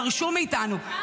דרשו מאיתנו,